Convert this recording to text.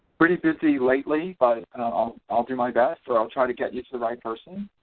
pretty busy lately, but i'll i'll do my best or i'll try to get you to the right person,